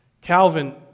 Calvin